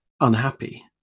unhappy